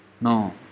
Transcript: No